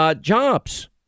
Jobs